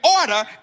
order